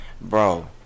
Bro